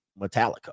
Metallica